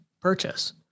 purchase